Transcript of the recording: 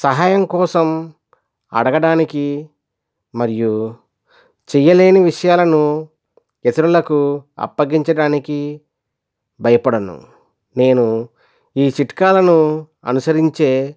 సహాయం కోసం అడగడానికి మరియు చేయలేని విషయాలను ఇతరులకు అప్పగించడానికి భయపడను నేను ఈ చిట్కాలను అనుసరించే